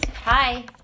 hi